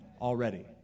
already